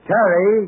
Terry